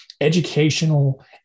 educational